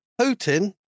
Putin